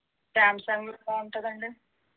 Samsung ఎలా ఉంటుందండి